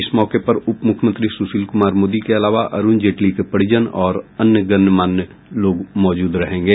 इस मौके पर उप मुख्यमंत्री सुशील कुमार मोदी के अलावा अरुण जेटली के परिजन और अन्य गणमान्य लोग मौजूद रहेंगे